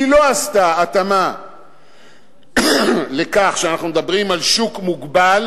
היא לא עשתה התאמה לכך שאנחנו מדברים על שוק מוגבל